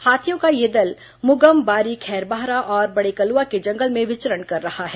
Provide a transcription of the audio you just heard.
हाथियों का यह दल मुगम बारी खैरबहरा और बड़ेकलुआ के जंगल में विचरण कर रहा है